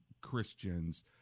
Christians